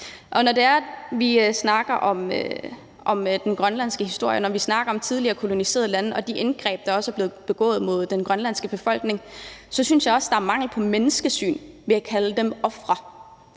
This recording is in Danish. Når vi snakker om den grønlandske historie, og når vi snakker om den tidligere kolonialisering og de overgreb, der er blevet begået mod den grønlandske befolkning, synes jeg også, at det er et mangelfuldt menneskesyn at kalde os for